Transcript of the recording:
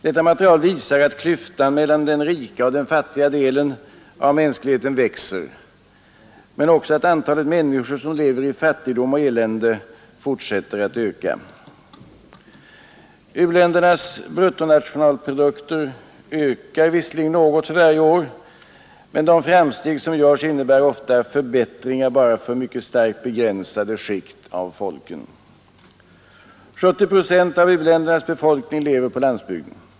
Detta material visar att klyftan mellan den rika och den fattiga delen av mänskligheten växer men också att antalet människor som lever i fattigdom och elände fortsätter att öka. U-ländernas bruttonationalprodukter ökar visserligen något för varje år, men de framsteg som görs innebär ofta förbättringar bara för mycket starkt begränsade skikt av folken. 70 procent av u-ländernas befolkning lever på landsbygden.